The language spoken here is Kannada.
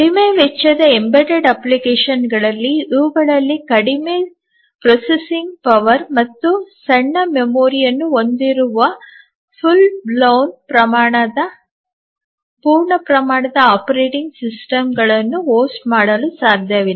ಕಡಿಮೆ ವೆಚ್ಚದ ಎಂಬೆಡೆಡ್ ಅಪ್ಲಿಕೇಶನ್ಗಳಲ್ಲಿ ಇವುಗಳನ್ನು ಕಡಿಮೆ ಸಂಸ್ಕರಣಾ ಶಕ್ತಿ ಮತ್ತು ಸಣ್ಣ ಮೆಮೊರಿಯನ್ನು ಹೊಂದಿರುವ ಪೂರ್ಣ ಹಾರಿಬಂದ ಪೂರ್ಣ ಪ್ರಮಾಣದ ಆಪರೇಟಿಂಗ್ ಸಿಸ್ಟಮ್ಗಳನ್ನು ಹೋಸ್ಟ್ ಮಾಡಲು ಸಾಧ್ಯವಿಲ್ಲ